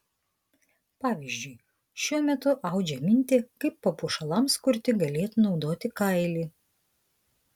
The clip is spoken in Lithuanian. pavyzdžiui šiuo metu audžia mintį kaip papuošalams kurti galėtų naudoti kailį